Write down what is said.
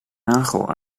nagel